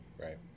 Right